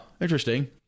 interesting